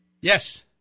Yes